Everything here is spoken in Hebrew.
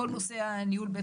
כל נושא ניהול בתי החולים.